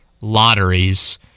lotteries